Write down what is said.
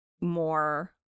more